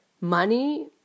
Money